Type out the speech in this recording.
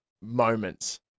moments